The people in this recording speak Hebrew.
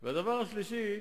הדבר השלישי,